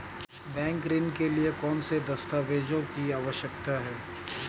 Bank ऋण के लिए कौन से दस्तावेजों की आवश्यकता है?